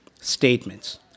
statements